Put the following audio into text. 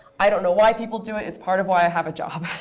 i don't know why people do it. it's part of why i have a job.